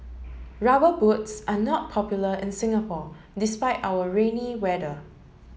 rubber boots are not popular in Singapore despite our rainy weather